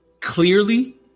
clearly